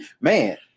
Man